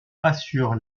assure